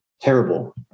terrible